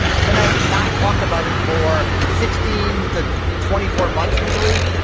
and then i have to not talk about it for sixteen to twenty four months usually.